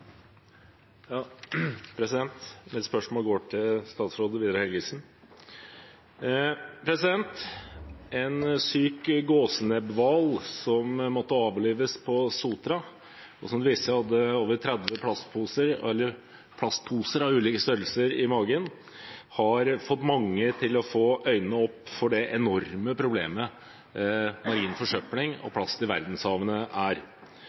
Mitt spørsmål går til statsråd Vidar Helgesen. En syk gåsnebbhval som måtte avlives på Sotra, og som det viste seg hadde over 30 plastposer av ulike størrelser i magen, har fått mange til å få øynene opp for det enorme problemet marin forsøpling og plast i verdenshavene er. 800 millioner tonn plastsøppel går i havene hvert år. I 2025 er